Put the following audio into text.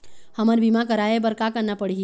हमन बीमा कराये बर का करना पड़ही?